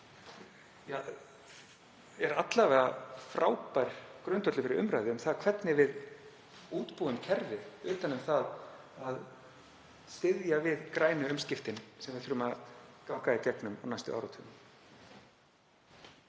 sem er alla vega frábær grundvöllur fyrir umræðu um hvernig við útbúum kerfið utan um það að styðja við grænu umskiptin sem við þurfum að ganga í gegnum á næstu áratugum.